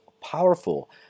powerful